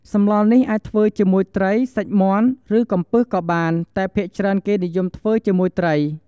សម្លនេះអាចធ្វើជាមួយត្រី សាច់មាន់ ឬកំពឹសក៏បាន តែភាគច្រើនគេនិយមធ្វើជាមួយត្រី។